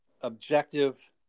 objective